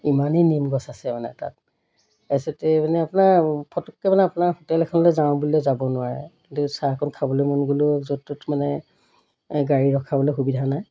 ইমানেই নিমগছ আছে মানে তাত তাৰপিছতে মানে আপোনাৰ ফটোককৈ মানে আপোনাৰ হোটেল এখনলৈ যাওঁ বুলিলে যাব নোৱাৰে কিন্তু চাহ অকণ খাবলৈ মন গ'লেও য'ত ত'ত মানে গাড়ী ৰখাবলৈ সুবিধা নাই